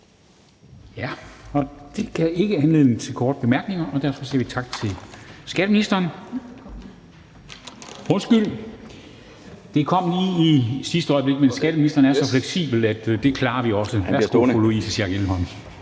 Det gav ikke anledning til korte bemærkninger, og derfor siger vi tak til skatteministeren. Undskyld, den kom lige i sidste øjeblik, men skatteministeren er så fleksibel, at det klarer vi også. Fru Louise Schack Elholm.